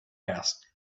asked